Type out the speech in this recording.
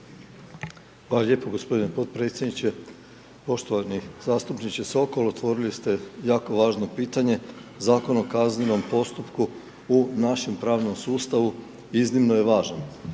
lijepo g. potpredsjedniče. Poštovani zastupniče Sokol, otvorili ste jako važno pitanje, Zakon o kaznenom postupku u našem pravnom sustavu iznimno je važan.